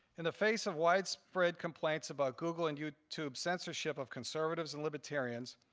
in the face of widespread complaints about google and youtube's censorship of conservatives and libertarians,